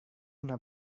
una